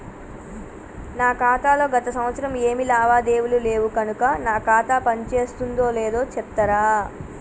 నా ఖాతా లో గత సంవత్సరం ఏమి లావాదేవీలు లేవు కనుక నా ఖాతా పని చేస్తుందో లేదో చెప్తరా?